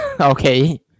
Okay